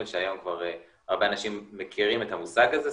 שהיום כבר הרבה אנשים מכירים את המושג הזה,